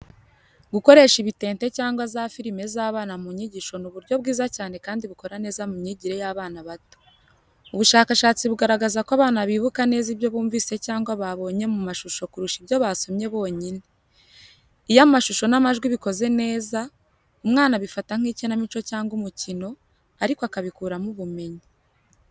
Gukoresha ibitente cyangwa za firime z'abana mu nyigisho ni uburyo bwiza cyane kandi bukora neza mu myigire y'abana bato. Ubushakashatsi bugaragaza ko abana bibuka neza ibyo bumvise cyangwa babonye mu mashusho kurusha ibyo basomye bonyine. Iyo amashusho n’amajwi bikoze neza, umwana abifata nk’ikinamico cyangwa umukino, ariko akabikuramo ubumenyi.